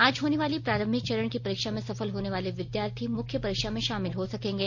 आज होने वाली प्रारंभिक चरण की परीक्षा में सफल होने वाले विद्यार्थी मुख्य परीक्षा में शामिल हो सकेंगे